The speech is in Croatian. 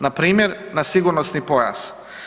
Npr. na sigurnosni pojas.